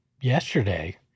yesterday